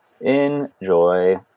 enjoy